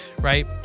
right